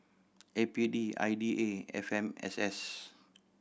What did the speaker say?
A P D I D A and F M S S